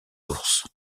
ours